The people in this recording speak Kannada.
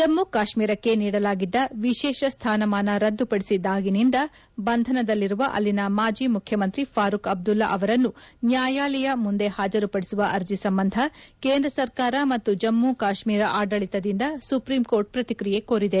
ಜಮ್ಮ ಕಾಶ್ಮೀರಕ್ಕೆ ನೀಡಲಾಗಿದ್ದ ವಿಶೇಷ ಸ್ಥಾನಮಾನ ರದ್ದುಪಡಿಸಿದಾಗಿನಿಂದ ಬಂಧನದಲ್ಲಿರುವ ಅಲ್ಲಿನ ಮಾಜಿ ಮುಖ್ಯಮಂತ್ರಿ ಫಾರುಕ್ ಅಬ್ದುಲ್ಲಾ ವರನ್ನು ನ್ಯಾಯಾಲಯ ಮುಂದೆ ಹಾಜರುಪಡಿಸುವ ಅರ್ಜಿ ಸಂಬಂಧ ಕೇಂದ್ರ ಸರ್ಕಾರ ಮತ್ತು ಜಮ್ಮು ಕಾತ್ಮೀರ ಆಡಳಿತದಿಂದ ಸುಪ್ರೀಂಕೋರ್ಟ್ ಪ್ರತಿಕ್ರಿಯೆ ಕೋರಿದೆ